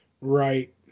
right